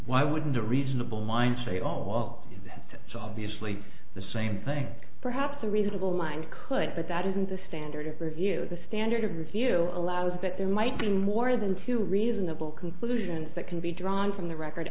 why wouldn't a reasonable mind say all that's so obviously the same thing perhaps a reasonable mind could but that isn't the standard of review the standard of review allows that there might be more than two reasonable conclusions that can be drawn from the record